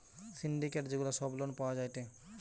syndicate যে গুলা সব লোন পাওয়া যায়টে